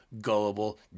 gullible